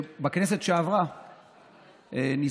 בכנסת שעברה ניסו,